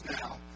now